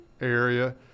area